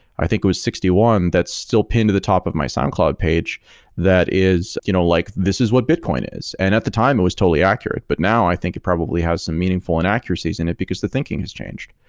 i think it was sixty one, one, that's still pinned to the top of my soundcloud page that is you know like this is what bitcoin is, and at the time it was totally accurate, but now i think it probably has some meaningful inaccuracies in it because the thinking has changed.